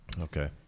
Okay